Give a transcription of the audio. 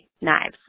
knives